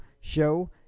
show